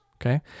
okay